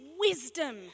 wisdom